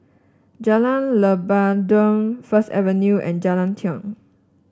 Jalan Lebat Daun First Avenue and Jalan Tiong